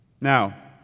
Now